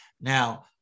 Now